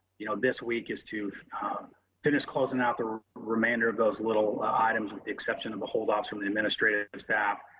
you know, this week is to finish closing out the remainder of those little items with the exception of a hold-offs from the administrative staff.